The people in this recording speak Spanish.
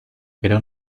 pero